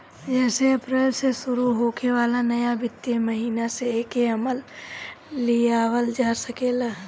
जेसे अप्रैल से शुरू होखे वाला नया वित्तीय महिना से एके अमल में लियावल जा सके